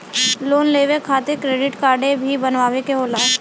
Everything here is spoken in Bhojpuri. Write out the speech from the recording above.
लोन लेवे खातिर क्रेडिट काडे भी बनवावे के होला?